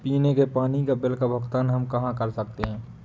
पीने के पानी का बिल का भुगतान हम कहाँ कर सकते हैं?